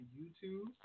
YouTube